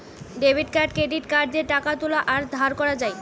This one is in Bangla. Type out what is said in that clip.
ডেবিট কার্ড ক্রেডিট কার্ড দিয়ে টাকা তুলা আর ধার করা যায়